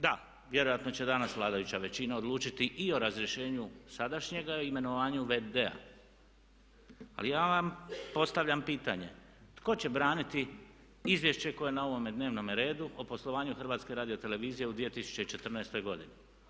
Da, vjerojatno će danas vladajuća većina odlučiti i o razrješenju sadašnjega i imenovanju v.d. Ali ja vam postavljam pitanje tko će braniti izvješće koje je na ovome dnevnome redu o poslovanju HRT-a u 2014. godini?